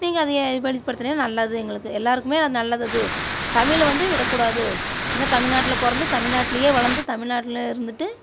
நீங்கள் அதை வெளிப்படுத்துனீங்கன்னால் நல்லது எங்களுக்கு எல்லொருக்குமே அது நல்லது அது தமிழை வந்து விடக்கூடாது இன்னும் தமிழ்நாட்டில் பிறந்து தமிழ்நாட்டிலையே வளர்ந்து தமிழ்நாட்டில் இருந்துகிட்டு